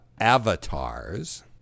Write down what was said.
avatars